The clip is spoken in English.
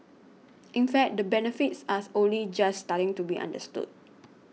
in fact the benefits as only just starting to be understood